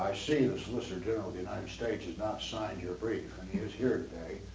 see the solicitor general the united states has not signed your brief and he is here today.